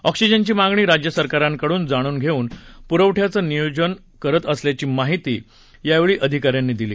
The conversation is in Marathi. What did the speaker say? ऑक्सीजनची मागणी राज्यसरकारांकडून जाणून घेऊन पुरवठ्याचं नियोजन करत असल्याची माहिती यावेळी अधिकाऱ्यांनी दिली